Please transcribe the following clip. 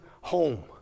home